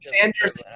Sanders